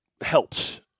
helps